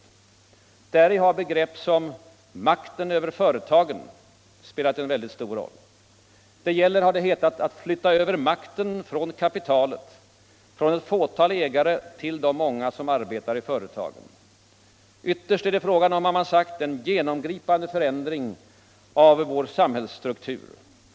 Däri har begrepp som ”makten över företagen” spelat en stor roll. Det gäller — har det hetat — att flytta över makten från kapitalet, från ett fåtal ägare till de många som arbetar i företagen. Ytterst är det, har man sagt, fråga om en genomgripande förändring av vår samhällsstruktur.